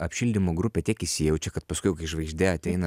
apšildymo grupė tiek įsijaučia kad paskui jau kai žvaigždė ateina